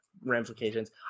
ramifications